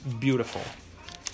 beautiful